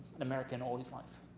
american all his life.